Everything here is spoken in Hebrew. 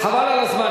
חבל על הזמן,